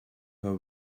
her